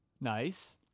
Nice